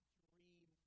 dream